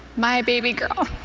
my baby girl.